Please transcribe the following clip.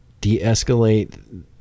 De-escalate